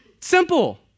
Simple